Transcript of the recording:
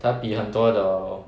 他比很多的